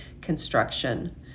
construction